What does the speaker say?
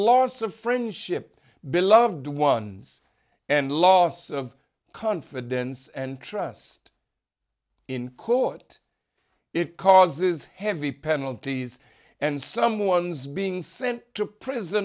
loss of friendship beloved ones and loss of confidence and trust in court it causes heavy penalties and someone's being sent to prison or